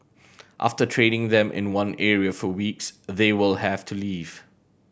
after training them in one area for weeks they will have to leave